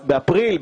באפריל?